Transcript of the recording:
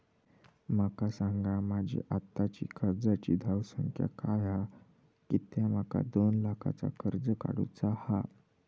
माका सांगा माझी आत्ताची कर्जाची धावसंख्या काय हा कित्या माका दोन लाखाचा कर्ज काढू चा हा?